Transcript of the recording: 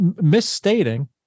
misstating